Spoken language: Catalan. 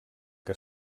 que